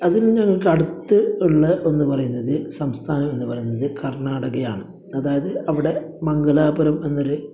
അതിൽ ഞങ്ങൾക്ക് അടുത്ത് ഉള്ള എന്ന് പറയുന്നത് സംസ്ഥാനം എന്ന് പറയുന്നത് കർണ്ണാടകയാണ് അതായത് അവിടെ മംഗലാപുരം എന്നൊര്